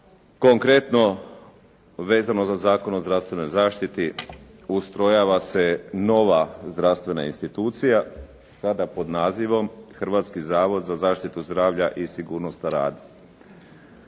Konkretno, vezano za Zakon o zdravstvenoj zaštiti ustrojava se nova zdravstvena institucija, sada pod nazivom Hrvatski zavod za zaštitu zdravlja i sigurnost na